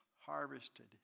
harvested